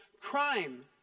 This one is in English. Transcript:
Crime